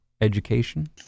education